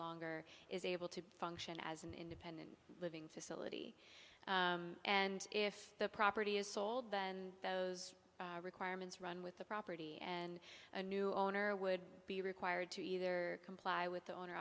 longer is able to function as an independent living facility and if the property is sold then those requirements run with the property and a new owner would be required to either comply with the owner